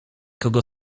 kogo